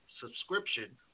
subscription